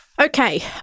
Okay